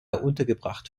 untergebracht